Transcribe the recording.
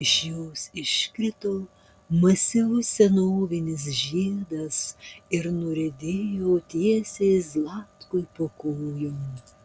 iš jos iškrito masyvus senovinis žiedas ir nuriedėjo tiesiai zlatkui po kojom